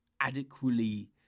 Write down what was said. adequately